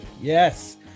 Yes